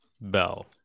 Bell